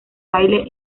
baile